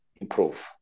improve